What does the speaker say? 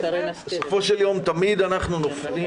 בסופו של יום תמיד אנחנו נופלים,